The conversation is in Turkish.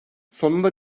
sonunda